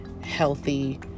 healthy